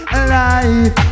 alive